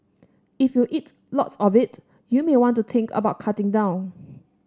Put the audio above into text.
if you eat lots of it you may want to think about cutting down